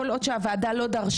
כל עוד שהוועדה לא דרשה